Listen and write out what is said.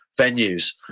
venues